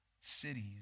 cities